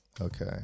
Okay